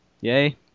Yay